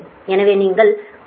எனவே நீங்கள் 414∟ 33